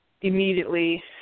immediately